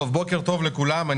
בוקר טוב לכולם.